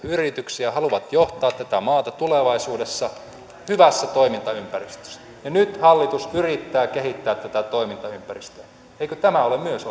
yrityksiä haluavat johtaa tätä maata tulevaisuudessa hyvässä toimintaympäristössä ja nyt hallitus yrittää kehittää tätä toimintaympäristöä eikö tämä ole myös